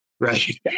Right